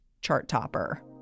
chart-topper